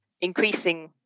increasing